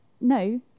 No